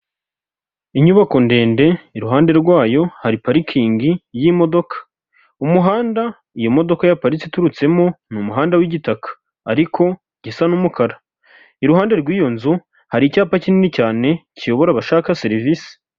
Inyubako ndende iruhande rwayo hari parikingi yimodoka. Umuhanda iyo modoka yaparitse iturutsemo ni umuhanda w'igitaka ariko gisa n'umukara. Iruhande rw'iyo nzu hari icyapa kinini cyane kiyobora abashaka serivisi.